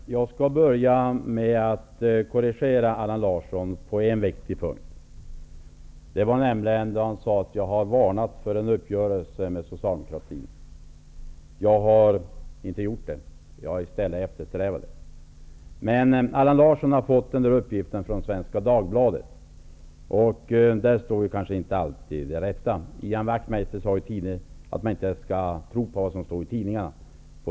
Herr talman! Jag skall börja med att korrigera Allan Larsson på en viktig punkt. Han sade att jag hade varnat för en uppgörelse med Socialdemokraterna. Jag har inte gjort det, utan jag har i stället eftersträvat en sådan uppgörelse. Allan Larsson har fått den där uppgiften från Svenska Dagbladet, och där står kanske inte alltid det rätta -- Ian Wachtmeister sade tidigare i debatten att man inte skall tro på vad som står i tidningarna.